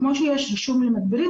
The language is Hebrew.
כמו שיש רישום למדבירים,